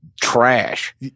trash